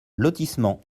lotissement